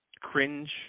cringe